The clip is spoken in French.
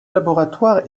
laboratoire